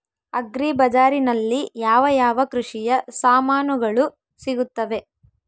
Agri ಬಜಾರಿನಲ್ಲಿ ಯಾವ ಯಾವ ಕೃಷಿಯ ಸಾಮಾನುಗಳು ಸಿಗುತ್ತವೆ?